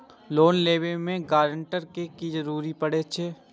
Loan लेबे में guarantor के भी जरूरी परे छै?